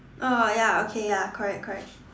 oh ya okay ya correct correct